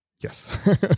yes